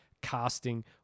casting